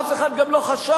אף אחד גם לא חשב